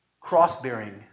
Cross-bearing